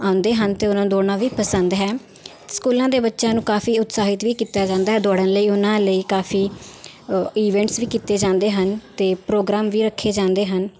ਆਉਂਦੇ ਹਨ ਅਤੇ ਉਹਨਾਂ ਨੂੰ ਦੌੜਨਾ ਵੀ ਪਸੰਦ ਹੈ ਸਕੂਲਾਂ ਦੇ ਬੱਚਿਆਂ ਨੂੰ ਕਾਫੀ ਉਤਸ਼ਾਹਿਤ ਵੀ ਕੀਤਾ ਜਾਂਦਾ ਹੈ ਦੌੜਨ ਲਈ ਉਹਨਾਂ ਲਈ ਕਾਫੀ ਇਵੈਂਟਸ ਵੀ ਕੀਤੇ ਜਾਂਦੇ ਹਨ ਅਤੇ ਪ੍ਰੋਗਰਾਮ ਵੀ ਰੱਖੇ ਜਾਂਦੇ ਹਨ